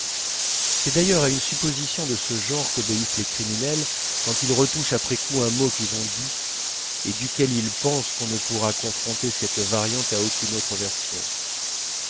c'est d'ailleurs à une supposition de ce genre qu'obéissent les criminels quand ils retouchent après coup un mot qu'ils ont dit et duquel ils pensent qu'on ne pourra confronter cette variante à aucune autre version